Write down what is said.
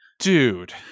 Dude